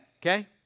okay